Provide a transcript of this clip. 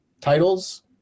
titles